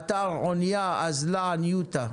בתר עניא אזלא עניותא".